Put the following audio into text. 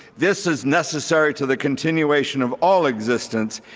this is necessary to the continuation of all existence,